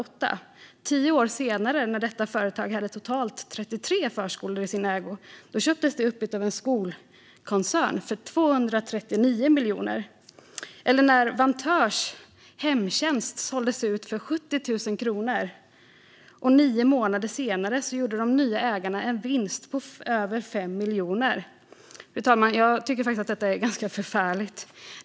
Tio år senare hade företaget totalt 35 förskolor i sin ägo och köptes upp av en skolkoncern för 239 miljoner. Vantörs hemtjänst såldes ut för 70 000 kronor år 2007. Nio månader senare gjorde de nya ägarna en vinst på över 5 miljoner. Fru talman! Detta är faktiskt ganska förfärligt.